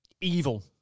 evil